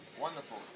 Wonderful